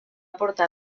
portar